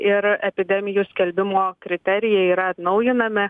ir epidemijų skelbimo kriterijai yra atnaujinami